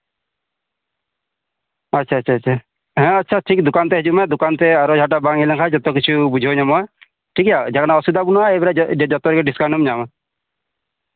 ᱟᱪᱪᱷᱟ ᱟᱪᱪᱷᱟ ᱟᱪᱪᱷᱟ ᱦᱮᱸ ᱫᱚᱠᱟᱱ ᱛᱮ ᱦᱤᱡᱩᱜ ᱢᱮ ᱦᱮᱸ ᱫᱚᱠᱟᱱ ᱛᱮ ᱦᱮᱡ ᱞᱮᱱᱠᱷᱟᱱ ᱡᱟᱦᱟᱸᱱᱟᱜ ᱟᱨᱚ ᱠᱤᱪᱷᱩ ᱵᱩᱡᱷᱟᱹᱣ ᱧᱟᱢᱚᱜᱼᱟ ᱴᱷᱤᱠᱜᱮᱭᱟ ᱡᱟᱦᱟᱸᱱᱟᱜ ᱚᱥᱩᱵᱤᱫᱷᱟ ᱵᱟᱱᱩᱜᱼᱟ ᱮᱠᱵᱟᱨᱮ ᱡᱚᱛᱚ ᱜᱮ ᱰᱤᱥᱠᱟᱣᱩᱱᱴᱮᱢ ᱧᱟᱢᱟ